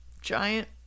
giant